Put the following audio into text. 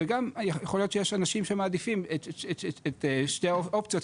וגם יכול להיות שיש אנשים שמעדיפים את שתי האופציות,